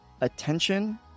attention